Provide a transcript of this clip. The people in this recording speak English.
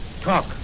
Talk